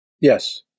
Yes